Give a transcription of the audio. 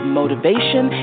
motivation